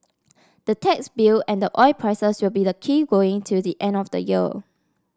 the tax bill and the oil prices will be the key going till the end of the year